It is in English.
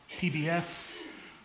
PBS